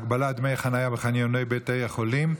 הגבלת דמי חניה בחניוני בתי חולים,